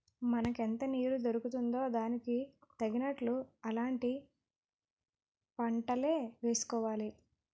మనకెంత నీరు దొరుకుతుందో దానికి తగినట్లు అలాంటి పంటలే వేసుకోవాలి